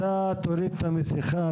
לעניין הנושא של ההנחות